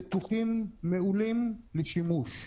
בטוחים ומעולים לשימוש.